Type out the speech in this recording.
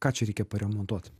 ką čia reikia paremontuot